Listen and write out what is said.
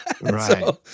Right